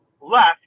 left